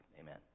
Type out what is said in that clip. amen